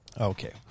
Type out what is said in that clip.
Okay